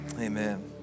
Amen